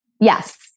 Yes